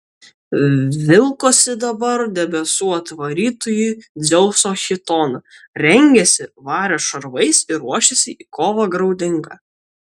vilkosi dabar debesų atvarytojo dzeuso chitoną rengėsi vario šarvais ir ruošėsi į kovą graudingą